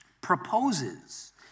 proposes